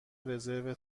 رزرو